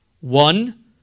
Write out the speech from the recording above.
One